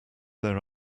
their